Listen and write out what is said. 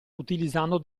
utilizzando